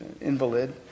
invalid